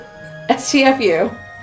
STFU